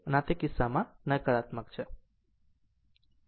આમ તે કિસ્સામાં નકારાત્મક છે